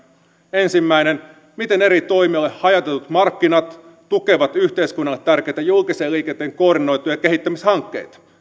ensimmäinen miten eri toimijoille hajautetut markkinat tukevat yhteiskunnalle tärkeitä julkisen liikenteen koordinoituja kehittämishankkeita